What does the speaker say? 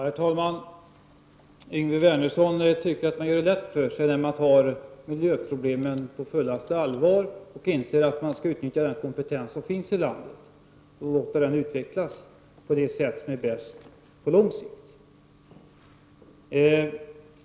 Herr talman! Yngve Wernersson tycker att man gör det lätt för sig när man tar miljöproblemen på fullaste allvar och anser att man skall utnyttja den kompetens som finns i landet, och låta den utvecklas på det sätt som är bäst på lång sikt.